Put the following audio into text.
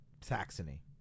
Saxony